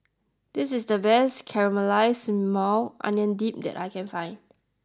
this is the best Caramelized Maui Onion Dip that I can find